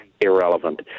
irrelevant